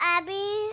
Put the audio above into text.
Abby